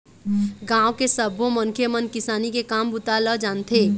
गाँव के सब्बो मनखे मन किसानी के काम बूता ल जानथे